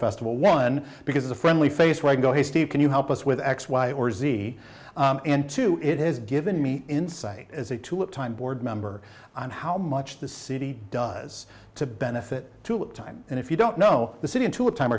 festival one because a friendly face where i go hey steve can you help us with x y or z and two it has given me insight as a two time board member and how much the city does to benefit to time and if you don't know the city into a time